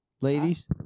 ladies